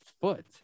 foot